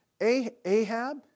Ahab